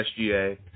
SGA